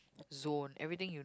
zone everything you